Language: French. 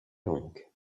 longues